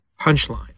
punchline